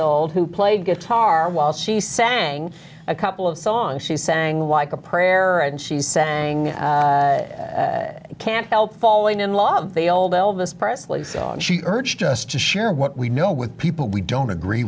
old who played guitar while she sang a couple of songs she sang like a prayer and she sang can't help falling in love the old elvis presley so she urged us to share what we know with people we don't agree